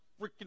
freaking